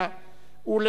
ולאחריו,